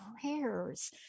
prayers